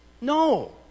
no